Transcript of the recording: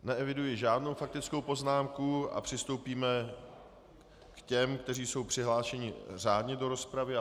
Neeviduji žádnou faktickou poznámku a přistoupíme k těm, kteří jsou přihlášeni řádně do rozpravy.